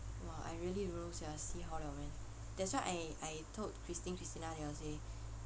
!wah! I really don't know sia see how liao leh that's why I I told christine christina they all say